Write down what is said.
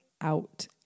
out